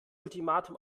ultimatum